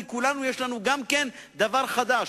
כי לכולנו יש גם דבר חדש,